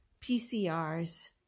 PCRs